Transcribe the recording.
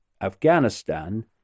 Afghanistan